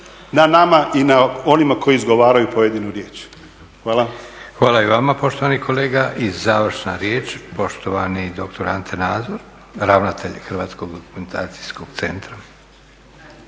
na nama i na onima koji izgovaraju pojedinu riječ. Hvala. **Leko, Josip (SDP)** Hvala i vama poštovani kolega. I završna riječ, poštovani doktor Ante Nazor, ravnatelj Hrvatskog dokumentacijskog centra.